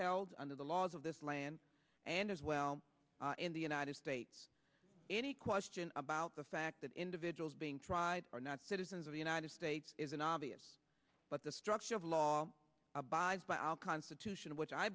held under the laws of this land and as well in the united states any question about the fact that individuals being tried are not citizens of the united states is an obvious but the structure of law abides by our constitution which i